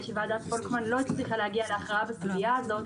שוועדת פולקמן לא הצליחה להגיע להכרעה בסוגיה הזאת.